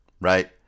right